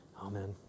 Amen